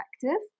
perspective